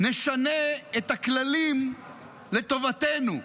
נשנה את הכללים לטובתנו.